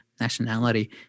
nationality